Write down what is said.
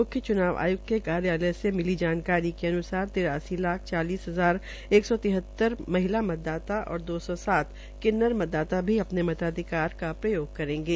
म्ख्य च्नाव आय्क्त के कार्यालय से मिली जानकारी के अन्सार तिरासी लाख चालीस हज़ार एक सौ तिहतर महिला मतदाता है और दो सौ सात किन्नर मतदाता भी अपने मताधिकार का प्रयोग करेंगे